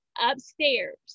upstairs